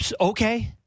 Okay